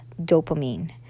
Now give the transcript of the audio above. Dopamine